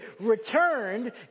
returned